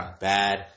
Bad